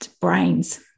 brains